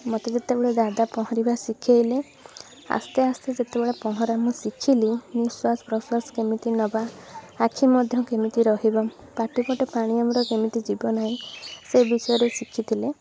ମୋତେ ଯେତେବେଳେ ଦାଦା ପହଁରିବା ଶିଖାଇଲେ ଆସ୍ତେ ଆସ୍ତେ ଯେତେବେଳେ ପହଁରା ମୁଁ ଶିଖିଲି ନିଶ୍ଵାସ ପ୍ରଶ୍ଵାସ କେମିତି ନେବା ଆଖି ମଧ୍ୟ କେମିତି ରହିବ ପାଟିପଟେ ପାଣି ଆମର କେମିତି ଯିବ ନାହିଁ ସେ ବିଷୟରେ ଶିଖାଇଥିଲେ